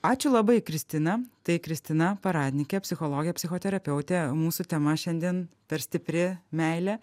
ačiū labai kristina tai kristina paradnikė psichologė psichoterapeutė mūsų tema šiandien per stipri meilė